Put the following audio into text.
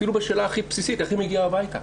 אפילו בשאלה הכי בסיסית איך היא מגיעה הביתה.